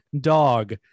dog